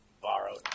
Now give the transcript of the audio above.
Borrowed